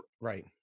Right